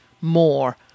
more